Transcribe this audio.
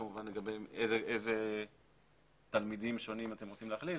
כמובן לגבי איזה תלמידים שונים אתם רוצים להכליל,